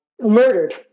murdered